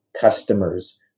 customers